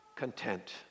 content